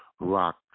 Rock